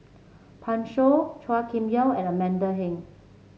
Pan Shou Chua Kim Yeow and Amanda Heng